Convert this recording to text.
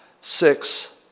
six